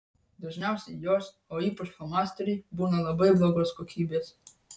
dažniausiai jos o ypač flomasteriai būna labai blogos kokybės